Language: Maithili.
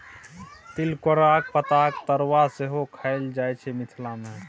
तिलकोराक पातक तरुआ सेहो खएल जाइ छै मिथिला मे